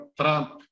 Trump